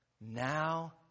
now